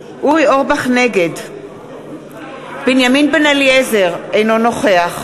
נגד בנימין בן-אליעזר, אינו נוכח